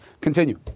Continue